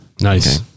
Nice